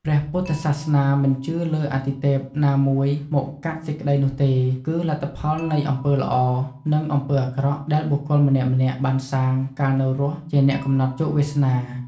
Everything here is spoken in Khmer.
ព្រះពុទ្ធសាសនាមិនជឿលើអាទិទេពណាមួយមកកាត់សេចក្ដីនោះទេ គឺលទ្ធផលនៃអំពើល្អ និងអំពើអាក្រក់ដែលបុគ្គលម្នាក់ៗបានសាងកាលនៅរស់ជាអ្នកកំណត់ជោគវាសនា។